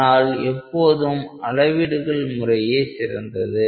அதனால் எப்போதும் அளவீடுகள் முறையே சிறந்தது